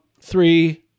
three